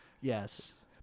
Yes